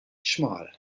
schmal